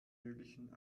möglichen